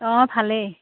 অঁ ভালেই